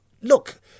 Look